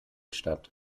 statt